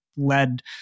Led